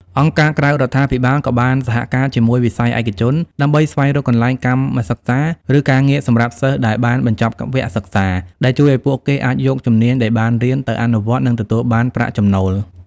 អង្គការក្រៅរដ្ឋាភិបាលក៏បានសហការជាមួយវិស័យឯកជន ដើម្បីស្វែងរកកន្លែងកម្មសិក្សា ឬការងារសម្រាប់សិស្សដែលបានបញ្ចប់វគ្គសិក្សា ដែលជួយឱ្យពួកគេអាចយកជំនាញដែលបានរៀនទៅអនុវត្ត និងទទួលបានប្រាក់ចំណូល។